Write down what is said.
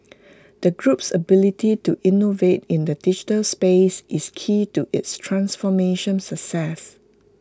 the group's ability to innovate in the digital space is key to its transformation success